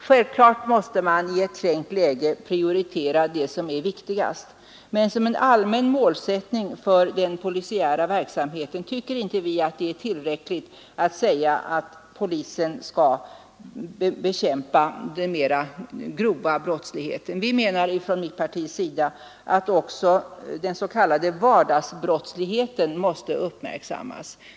Självfallet måste man i ett trängt läge prioritera det som är viktigast, men som en allmän målsättning för den polisiära verksamheten tycker vi inte att det är tillräckligt att framhålla att polisen skall bekämpa den grövre brottsligheten. Vi menar från mitt parti att också den s.k. vardagsbrottsligheten måste uppmärksammas.